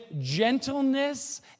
gentleness